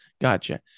Gotcha